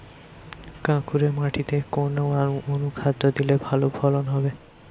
কাঁকুরে মাটিতে কোন অনুখাদ্য দিলে ভালো ফলন হবে?